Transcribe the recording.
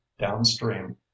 downstream